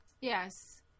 Yes